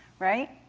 right?